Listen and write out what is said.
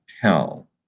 tell